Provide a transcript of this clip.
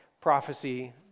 prophecy